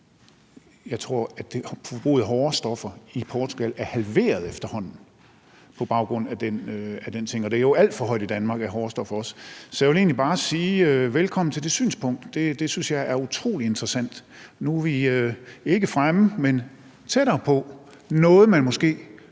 jeg faktisk, at forbruget af hårde stoffer i Portugal efterhånden er halveret på baggrund af den ting, og forbruget af hårde stoffer i Danmark er jo også alt for stort. Så jeg vil egentlig bare sige velkommen til det synspunkt; det synes jeg er utrolig interessant. Nu er vi ikke fremme, men vi er tættere på noget, man måske